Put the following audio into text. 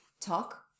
talk